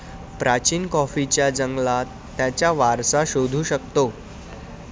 प्राचीन कॉफीच्या जंगलात त्याचा वारसा शोधू शकतो